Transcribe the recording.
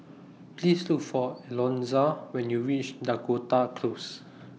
Please Look For Alonza when YOU REACH Dakota Close